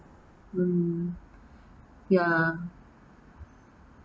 mm ya